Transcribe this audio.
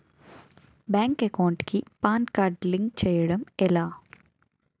Bank account కి PAN card link చేయడం ఎలా?